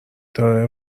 داره